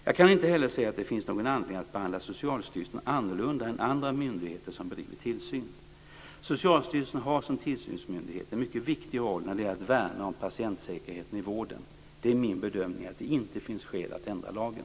Jag kan inte heller se att det finns någon anledning att behandla Socialstyrelsen annorlunda än andra myndigheter som bedriver tillsyn. Socialstyrelsen har som tillsynsmyndighet en mycket viktig roll när det gäller att värna om patientsäkerheten i vården. Det är min bedömning att det inte finns skäl att ändra lagen.